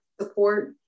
support